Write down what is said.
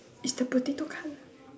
is the potato colour